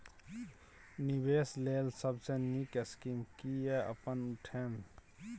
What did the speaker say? निवेश लेल सबसे नींक स्कीम की या अपन उठैम?